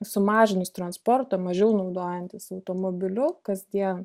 sumažinus transportą mažiau naudojantis automobiliu kasdien